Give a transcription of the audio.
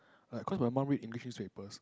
like cause my mum read English newspapers